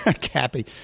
Cappy